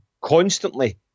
constantly